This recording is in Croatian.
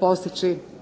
postići uspjeh.